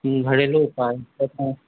घरेलू उपाय